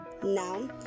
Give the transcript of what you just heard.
Now